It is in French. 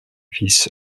fils